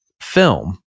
film